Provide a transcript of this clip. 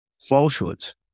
falsehoods